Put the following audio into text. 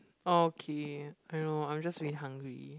okay I know I'm just a bit hungry